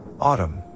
Autumn